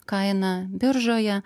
kaina biržoje